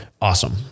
Awesome